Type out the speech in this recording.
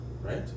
right